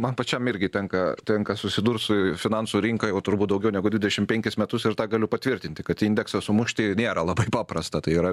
man pačiam irgi tenka ir tenka susidurt su finansų rinka jau turbūt daugiau negu dvidešimt penkis metus ir tą galiu patvirtinti kad indeksą sumušti nėra labai paprasta tai yra